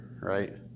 right